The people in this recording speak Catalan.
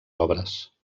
obres